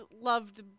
loved